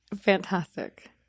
Fantastic